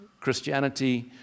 Christianity